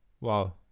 Wow